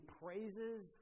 praises